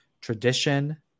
tradition